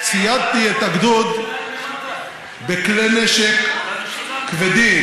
ציידתי את הגדוד בכלי נשק כבדים,